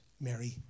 Mary